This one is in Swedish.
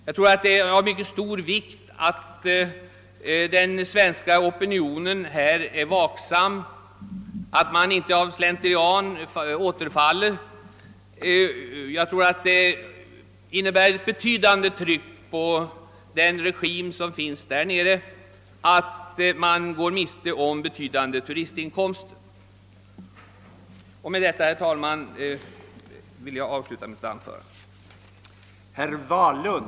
Jag tror därför det är av mycket stor vikt att den svenska opinionen är vaksam och inte handlar i strid med sin uppfattning. Enligt min mening innebär förlusten av stora inkomster från turismen ett betydande tryck på regimen i Grekland.